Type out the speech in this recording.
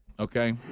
Okay